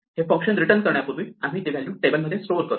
हे function return करण्यापूर्वी आम्ही ती व्हॅल्यू टेबलमध्ये स्टोअर करतो